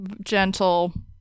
gentle